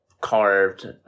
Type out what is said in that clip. carved